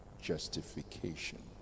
justification